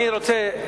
אני רוצה,